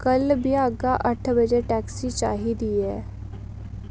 कल भ्यागा अट्ठ बजे टैक्सी चाहिदी ऐ